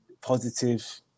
positive